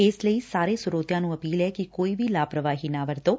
ਇਸ ਲਈ ਸਾਰੇ ਸਰੋਤਿਆਂ ਨੂੰ ਅਪੀਲ ਐ ਕਿ ਕੋਈ ਵੀ ਲਾਪਰਵਾਹੀ ਨਾ ਵਰਤੋ